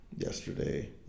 yesterday